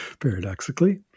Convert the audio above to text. paradoxically